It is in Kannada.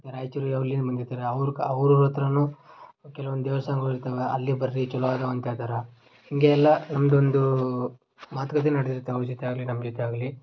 ಮತ್ತು ರಾಯಚೂರ್ ಅಲ್ಲಿಂದ ಬಂದಿರ್ತಾರ ಅವ್ರು ಕ ಅವ್ರು ಇವ್ರ ಹತ್ರನೂ ಕೆಲವೊಂದು ದೇವಸ್ಥಾನಗಳು ಇರ್ತವೆ ಅಲ್ಲಿ ಬರ್ರಿ ಚಲೋ ಅದಾವ ಅಂತ ಹೇಳ್ತರ ಹೀಗೆ ಎಲ್ಲ ನಮ್ದು ಒಂದು ಮಾತುಕತೆ ನಡ್ದು ಇರುತ್ತೆ ಅವ್ರ ಜೊತೆ ಆಗಲೀ ನಮ್ಮ ಜೊತೆ ಆಗಲೀ